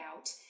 out